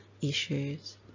issues